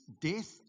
death